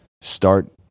start